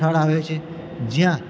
સ્થળ આવે છે જ્યાં